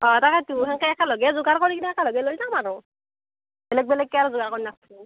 অঁ তাকেতো তেনেকে একেলগে যোগাৰ কৰি কেনে একেলগে লৈ যাম আৰু বেলেগ বেলেগকে আৰু যোগাৰ কৰি নাথাকোঁ